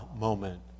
moment